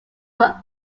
were